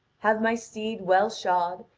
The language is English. have my steed well shod,